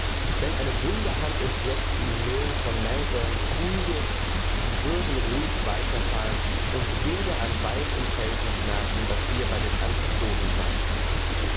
wenn eine wunderhand uns jetzt in die nähe von melbourne trüge sie würden ruhig weiter fahren und weder an wald noch feld bemerken daß wir bei den antipoden seien